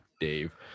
Dave